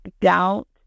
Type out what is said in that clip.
doubt